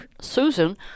Susan